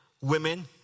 women